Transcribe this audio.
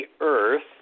earth